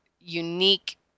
unique